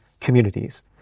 communities